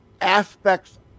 aspects